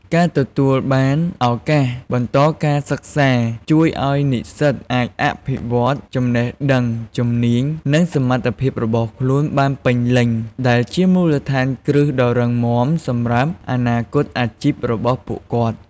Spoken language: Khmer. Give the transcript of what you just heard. ការទទួលបាន ឱកាសបន្តការសិក្សា ជួយឲ្យនិស្សិតអាច អភិវឌ្ឍន៍ចំណេះដឹង ជំនាញ និង សមត្ថភាពរបស់ខ្លួនបានពេញលេញ ដែលជា មូលដ្ឋានគ្រឹះដ៏រឹងមាំ សម្រាប់ អនាគតអាជីព របស់ពួកគាត់។